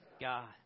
God